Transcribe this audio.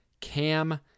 cam